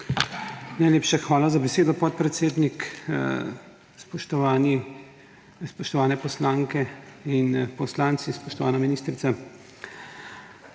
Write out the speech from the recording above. POKLUKAR: Hvala za besedo, podpredsednik. Spoštovane poslanke in poslanci, spoštovana ministrica!